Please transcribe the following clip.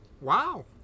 Wow